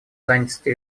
занятости